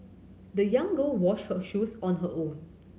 the young girl washed her shoes on her own